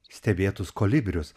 stebėtus kolibrius